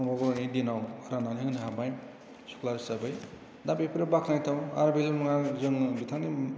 प्रमद बर'नि दिनाव राननानै होनो हाबाय स्कुलार हिसाबै दा बेफोरो बाख्नायथाव आर बेल' नङा जों बिथांनि